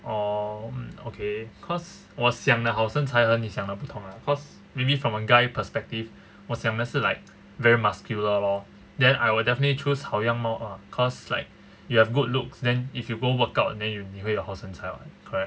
orh mm okay cause 我想的好身材和你想的不同 ah cause maybe from a guy perspective 我想的是 like very muscular lor then I will definitely choose 好样 lor cause like you have good looks then if you go workout and then you 会有好身材 lor